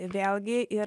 vėlgi ir